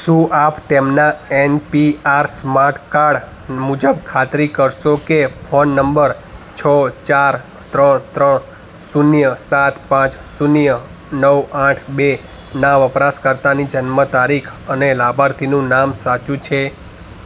શુ આપ તેમનાં N P R smart card મુજબ ખાતરી કરશો કે ફોન નંબર છ ચાર ત્રણ ત્રણ શૂન્ય સાત પાંચ શૂન્ય નવ આઠ બેના વપરાશકર્તાની જન્મ તારીખ અને લાભાર્થીનું નામ સાચું છે